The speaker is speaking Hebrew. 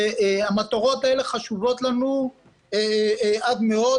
והמטרות האלה חשובות לנו עד מאוד.